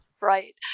Right